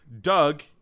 Doug